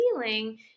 feeling